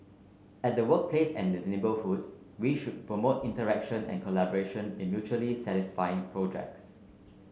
at the workplace and the neighbourhoods we should promote interaction and collaboration in mutually satisfying projects